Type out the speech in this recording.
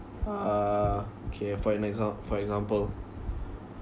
uh okay for an examp~ for example